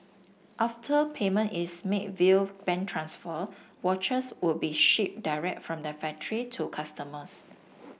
after payment is made via bank transfer watches would be shipped direct from the to customers